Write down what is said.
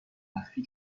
مخفی